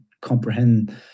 comprehend